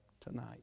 Tonight